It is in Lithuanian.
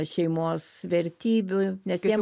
šeimos vertybių nes jiem